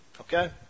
Okay